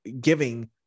giving